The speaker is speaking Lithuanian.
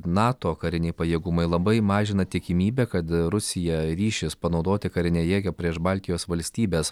nato kariniai pajėgumai labai mažina tikimybę kad rusija ryšis panaudoti karinę jėgą prieš baltijos valstybes